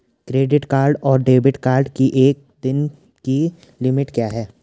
Credit card और debit card की एक दिन की लिमिट क्या है?